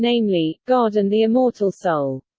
namely, god and the immortal soul?